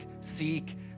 seek